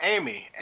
Amy